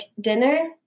dinner